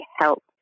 help